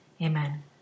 Amen